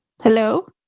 Hello